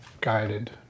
guided